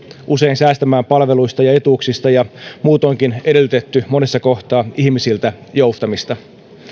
usein säästämään palveluista ja etuuksista ja muutoinkin edellytetty monessa kohtaa ihmisiltä joustamista